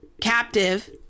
captive